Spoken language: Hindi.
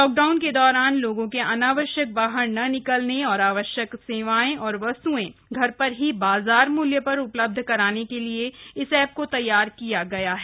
लॉकडाउन के दौरान लोगों के अनावश्यक बाहर न निकलने और आवश्यक सेवाएं एवं वस्तुएं घर पर ही बाजार मूल्य पर उपलब्ध कराने हेतु इस एप को तैयार किया गया है